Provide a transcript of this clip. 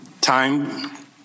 time